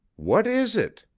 what is it?